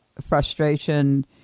frustration